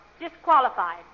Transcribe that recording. Disqualified